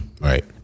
Right